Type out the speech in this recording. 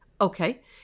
okay